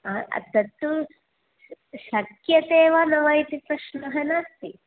तत् तु शक्यते वा न वा इति प्रश्नः नास्ति